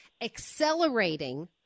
accelerating